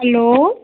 hello